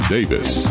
Davis